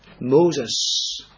Moses